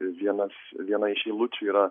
vienas viena iš eilučių yra